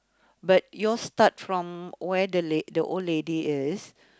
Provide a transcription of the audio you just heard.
but yours start from where the lad~ the old lady is